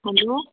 hello